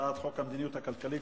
הצעת חוק המדיניות הכלכלית